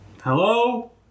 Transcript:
Hello